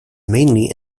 mainly